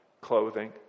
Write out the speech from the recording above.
clothing